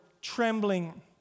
trembling